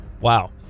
Wow